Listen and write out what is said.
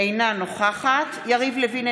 אינה נוכחת יריב לוין,